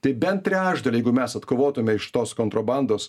tai bent trečdalį jeigu mes atkovotume iš tos kontrabandos